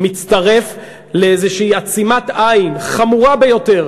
מצטרף לאיזושהי עצימת עין חמורה ביותר